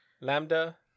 Lambda